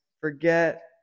forget